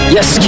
Yes